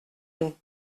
nous